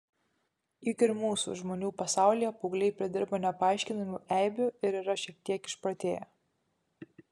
juk ir mūsų žmonių pasaulyje paaugliai pridirba nepaaiškinamų eibių ir yra šiek tiek išprotėję